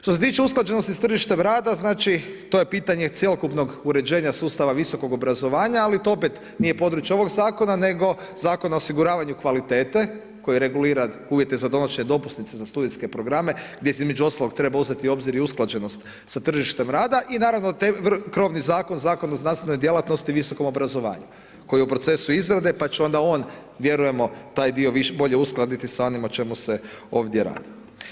Što se tiče usklađenosti sa tržištem rada, znači to je pitanje cjelokupnog uređenja sustava visokog obrazovanja ali to opet nije područje ovog zakona nego Zakona o osiguravanju kvalitete koji regulira uvjete za donošenje dopusnice za studentske programe gdje se između ostalog treba uzeti u obzir i usklađenost sa tržištem rada i naravno krovni zakon, Zakon o znanstvenoj djelatnosti i visokom obrazovanju koji je u procesu izrade pa će onda on, vjerujemo taj dio bolje uskladiti sa onim o čemu se ovdje radi.